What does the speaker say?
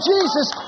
Jesus